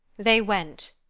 they went,